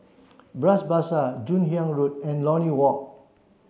Bras Basah Joon Hiang Road and Lornie Walk